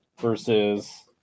versus